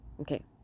Okay